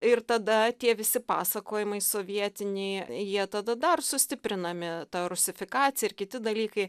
ir tada tie visi pasakojimai sovietiniai jie tada dar sustiprinami ta rusifikacija ir kiti dalykai